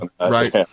right